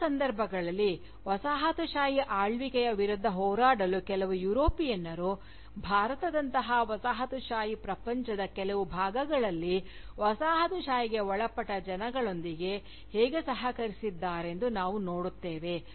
ಇತರ ಸಂದರ್ಭಗಳಲ್ಲಿ ವಸಾಹತುಶಾಹಿ ಆಳ್ವಿಕೆಯ ವಿರುದ್ಧ ಹೋರಾಡಲು ಕೆಲವು ಯುರೋಪಿಯನ್ನರು ಭಾರತದಂತಹ ವಸಾಹತುಶಾಹಿ ಪ್ರಪಂಚದ ಕೆಲವು ಭಾಗಗಳಲ್ಲಿ ವಸಾಹತುಶಾಹಿಗೆ ಒಳಪಟ್ಟ ಜನಗಳೊಂದಿಗೆ ಹೇಗೆ ಸಹಕರಿಸಿದ್ದಾರೆಂದು ನಾವು ನೋಡುತ್ತೇವೆ